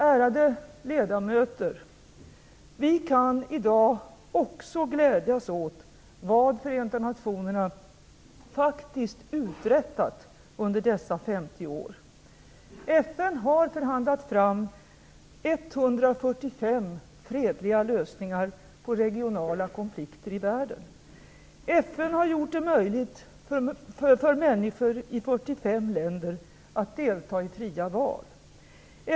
Ärade ledamöter! Vi kan i dag också glädjas åt vad Förenta nationerna faktiskt uträttat under dessa 50 år. FN har förhandlat fram 145 fredliga lösningar på regionala konflikter i världen. FN har gjort det möjligt för människor i 45 länder att delta i fria val.